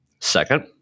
Second